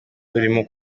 urimo